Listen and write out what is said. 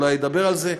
והוא אולי ידבר על זה.